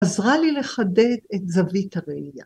‫עזרה לי לחדד את זווית הראייה.